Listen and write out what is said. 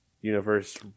Universe